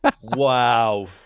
Wow